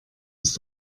ist